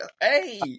hey